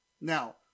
Now